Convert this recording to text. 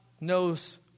knows